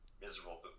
miserable